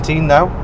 now